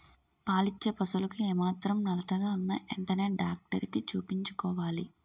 పాలిచ్చే పశువులకు ఏమాత్రం నలతగా ఉన్నా ఎంటనే డాక్టరికి చూపించుకోవాలి